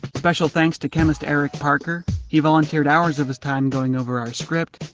special thanks to chemist eric parker, he volunteered hours of his time going over our script,